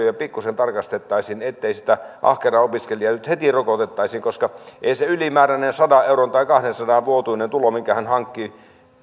pikkuisen tarkastettaisiin ettei sitä ahkeraa opiskelijaa nyt heti rokotettaisi siitä ylimääräisestä sadan tai kahdensadan euron vuotuisesta tulosta minkä hän hankkii